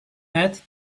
add